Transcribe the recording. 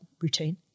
routine